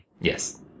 Yes